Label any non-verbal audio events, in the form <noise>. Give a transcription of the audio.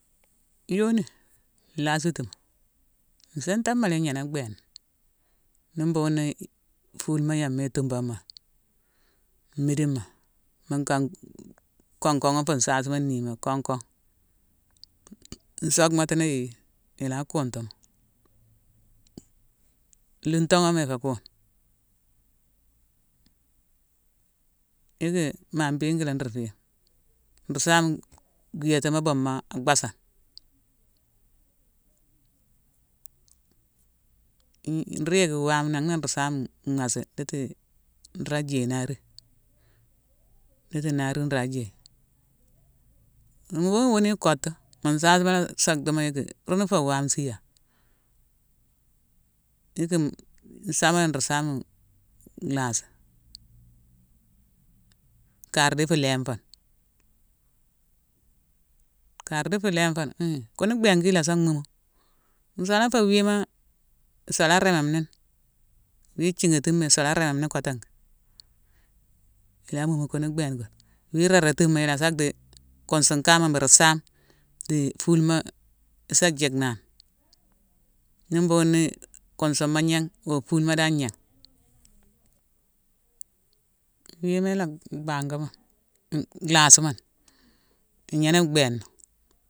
Yoni nlhasitima, nsintama la ignénéne bhééna. Ni mbhughune-ni fulma yem ma i tumbamoni. Midima munkan kon-konghé fu nsasima niima, kon-kon; nsockmatino yéé, ila kuntumo, lungtanghoma ifé kuune, yicki ma mbiima ruu fééme. Ru same gwiyétimo boom ma, akbhasane. <hesitation> ru yick waame, nan na ru saame massé ndhiti ru la jéye naari; ndhiti naari nra jéye. Mbhughune wuni ikottu, mu nsasima la-sa dhimo yické runu fé nwame siya, yicki-m-nsama ru saame lhaasi. Kar di fu léin foni. Kar di fu léin foni! Hii, kune bhééne kune issa mhumu. Nshala fé wima, isula rémame ni ni, wi thighatima isula rémame ni kotin ké. Ila mhumu gunu bééne gune. Wii raratima, ila sa dhi; kunsune kaama buru saame di fulma isa jickna ni. Ni bhugune-i-kunsuma gnégh wo fulma dan gnégh. Wima ila bhangamoni, nlhasimoni, i gnéname bhééna